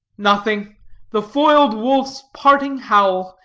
nothing the foiled wolf's parting howl,